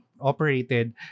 operated